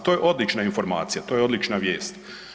To je odlična informacija, to je odlična vijest.